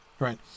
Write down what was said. Right